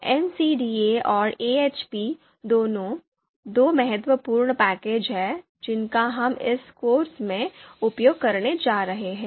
MCDA और AHP दोनों दो महत्वपूर्ण पैकेज हैं जिनका हम इस कोर्स में उपयोग करने जा रहे हैं